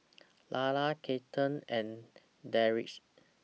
Lalla Kathlene and Deirdre